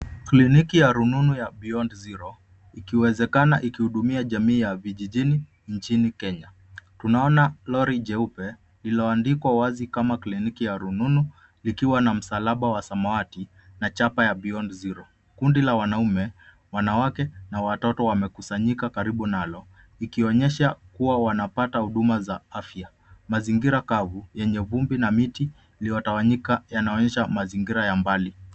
Kliniki ya rununu ya BEYOND ZERO, ikiwezekana ikihudumia jamii ya vijijini nchini kenya. Tunaona lori jeupe, lililo andikwa wazi kama kliniki ya rununu likiwa na masalaba wa samawati na chapa ya beyond zero. Kundi la wanaume, wanawake na watoto wamekusanyika karibu nalo ikionyesha kuwa wanapata huduma za afya. Mazingira kavu, yenye vumbi na miti iliyotawanyika, yanaonyesha mazingira ya mbali.